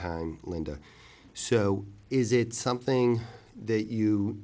time linda so is it something that you